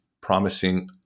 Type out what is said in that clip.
promising